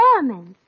performance